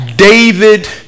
David